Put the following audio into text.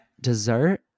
Dessert